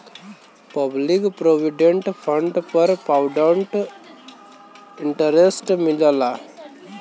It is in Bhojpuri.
पब्लिक प्रोविडेंट फंड पर कंपाउंड इंटरेस्ट मिलला